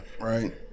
Right